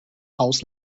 haus